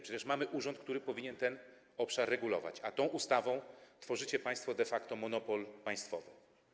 Przecież mamy urząd, który powinien ten obszar regulować, a tą ustawą tworzycie państwo de facto monopol państwowy.